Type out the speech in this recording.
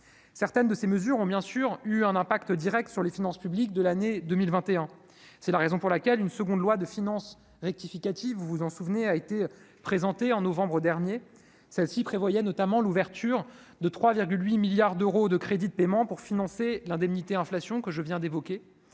certaines de ces mesures ont bien sûr eu un impact Direct sur les finances publiques de l'année 2021, c'est la raison pour laquelle une seconde loi de finances rectificative, vous vous en souvenez a été présenté en novembre dernier, celle-ci prévoyait notamment l'ouverture de 3 8 milliards d'euros de crédits de paiement pour financer l'indemnité inflation que je viens d'évoquer